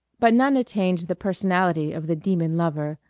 but none attained the personality of the demon lover,